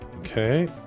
Okay